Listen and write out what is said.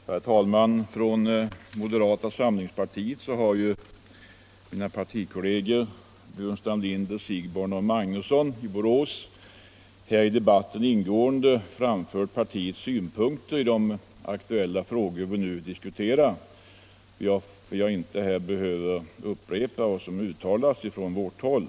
Herr talman! Från moderata samlingspartiet har mina partikolleger herrar Burenstam Linder, Siegbahn och Magnusson i Borås här i debatten ingående framfört partiets synpunkter i de aktuella frågor som vi nu diskuterar. Jag behöver inte upprepa vad som här uttalats från vårt håll.